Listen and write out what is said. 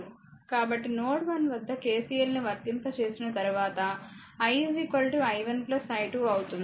కాబట్టినోడ్ 1 వద్ద KCL ను వర్తింపచేసిన తర్వాత i i1 i2 అవుతుంది